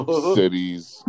cities